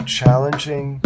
challenging